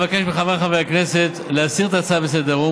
אבקש מחברי הכנסת להסיר את הצעת החוק מסדר-היום.